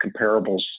comparables